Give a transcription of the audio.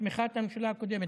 בתמיכת הממשלה הקודמת.